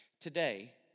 Today